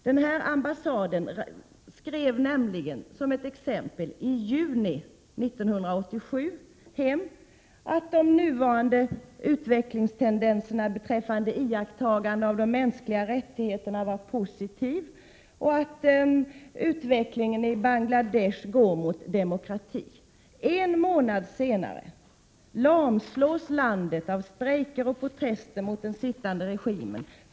Den här ambassaden skrev nämligen — som ett exempel — i juni 1987 hem att de dåvarande utvecklingstendenserna beträffande iakttagandet av de mänskliga rättigheterna var positiva och att utvecklingen i Bangladesh gick mot demokrati. En månad senare lamslås landet av strejker och protester mot den sittande regimen.